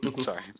Sorry